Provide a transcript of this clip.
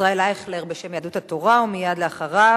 ישראל אייכלר, בשם יהדות התורה, ומייד אחריו,